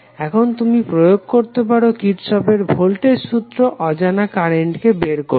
এখন তুমি প্রয়োগ করতে পারো কির্শফের ভোল্টেজ সূত্র অজানা কারেন্টকে বের করতে